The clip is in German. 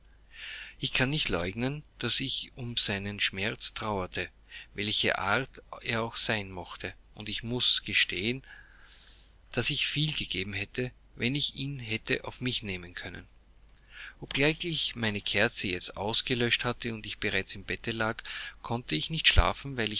ich kann nicht leugnen daß ich um seinen schmerz trauerte welcher art er auch sein mochte und ich muß gestehen daß ich viel gegeben hätte wenn ich ihn hätte auf mich nehmen können obgleich ich meine kerze jetzt ausgelöscht hatte und bereits im bette lag konnte ich nicht schlafen